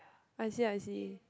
I see I see